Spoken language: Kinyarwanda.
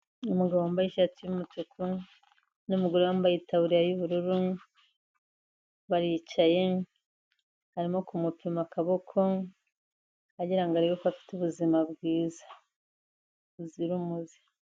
Umugabo wambaye ishati yumutuku n'umugore wambaye itaburiya y'ubururu baricaye barimo kumupima akaboko agirango arebe ko afite ubuzima bwiza buzira umuze.